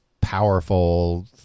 powerful